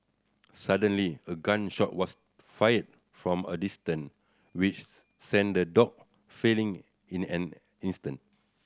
suddenly a gun shot was fired from a distance which sent the dog fleeing in an instant